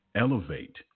elevate